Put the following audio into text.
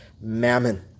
mammon